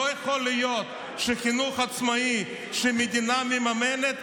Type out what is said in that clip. לא יכול להיות שבחינוך העצמאי שהמדינה מממנת,